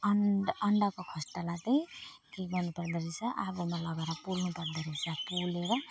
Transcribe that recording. अनि अण्डाको खोस्टालाई त के गर्नु पर्दाे रहेछ आगोमा लगाएर पोल्नु पर्दाे रहेछ पोलेर